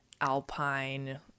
Alpine